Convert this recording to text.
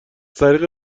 طریق